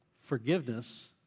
forgiveness